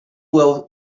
will